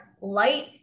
light